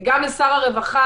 אקדים ואומר,